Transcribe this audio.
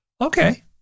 okay